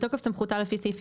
(להלן